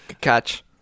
Catch